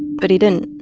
but he didn't.